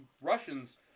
Russians